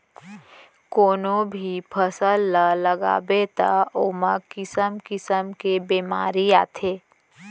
कोनो भी फसल ल लगाबे त ओमा किसम किसम के बेमारी आथे